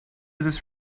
this